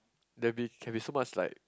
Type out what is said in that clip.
that be can be so much like